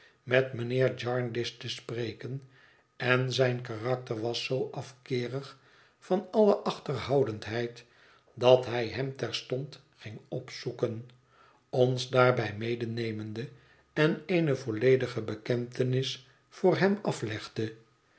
met mijnheer jarndyce te spreken en zijn karakter was zoo afkeerig van alle achterhoudendheid dat hij hem terstond ging opzoeken ons daarbij medenemende en eene volledige bekentenis voor hem aflegde